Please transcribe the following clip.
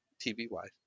TV-wise